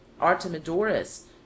Artemidorus